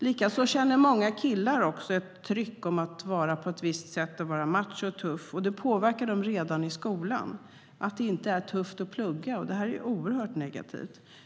Likaså känner många killar ett tryck att agera på ett visst sätt - att vara macho och tuff. Det påverkar dem redan i skolan, till exempel att det inte är tufft att plugga, vilket är oerhört negativt.